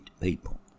people